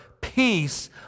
peace